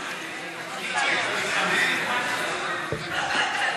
הישיבה הבאה תתקיים, בעזרת השם, מחר, יום רביעי,